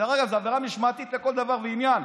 דרך אגב, זו עבירה משמעתית לכל דבר ועניין.